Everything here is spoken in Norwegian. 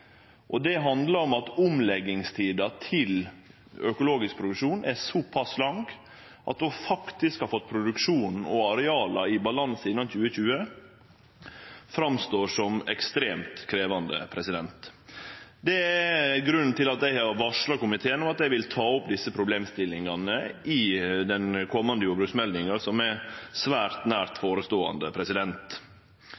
Det handlar om at omleggingstida til økologisk produksjon er såpass lang at det å faktisk få produksjonen og areala i balanse innan 2020 framstår som ekstremt krevjande. Det er grunnen til at eg har varsla komiteen om at eg vil ta opp desse problemstillingane i den komande jordbruksmeldinga som kan ventast svært nært